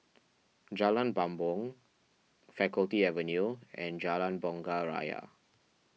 Jalan Bumbong Faculty Avenue and Jalan Bunga Raya